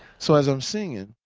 so as i'm singing,